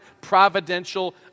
providential